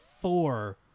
four